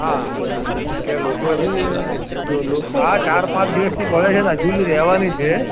હા એટલે લોકોએ શું છે જો લો હા ચાર પાંચ દિવસથી પડે છે અને હજુ બી રહેવાની છે